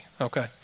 Okay